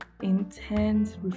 intense